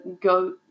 go